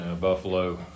Buffalo